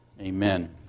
amen